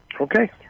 Okay